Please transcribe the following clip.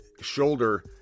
shoulder